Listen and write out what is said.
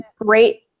great